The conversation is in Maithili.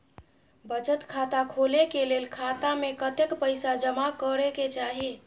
बचत खाता खोले के लेल खाता में कतेक पैसा जमा करे के चाही?